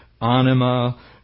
anima